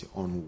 on